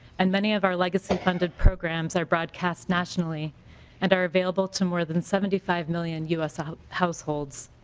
and many of our legacy funded programs are broadcast nationally and are available to more than seventy five million us ah households.